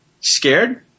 scared